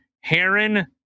Heron